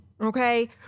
okay